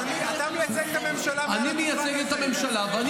אתה מייצג את הממשלה מעל הדוכן הזה.